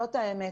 זו האמת.